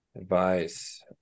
Advice